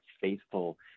faithful